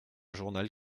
journal